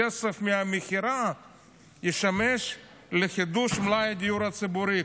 שהכסף מהמכירה ישמש לחידוש מלאי הדיור הציבורי.